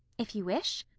if you wish.